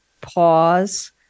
pause